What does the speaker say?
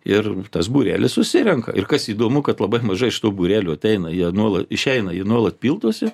ir tas būrelis susirenka ir kas įdomu kad labai maža iš tų būrelių ateina jie nuolat išeina jie nuolat pildosi